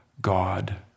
God